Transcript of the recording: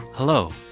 Hello